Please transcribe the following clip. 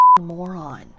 moron